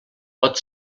pot